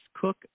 cook